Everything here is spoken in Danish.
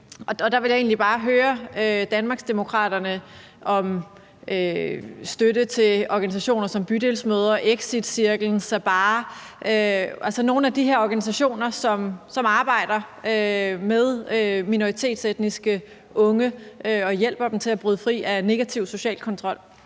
Og der vil jeg egentlig bare høre Danmarksdemokraterne om deres holdning til støtte til organisationer som Bydelsmødre, Exitcirklen, Sabaah – altså nogle af de her organisationer, som arbejder med minoritetsetniske unge og hjælper dem til at bryde fri af negativ social kontrol.